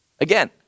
Again